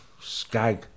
skag